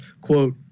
quote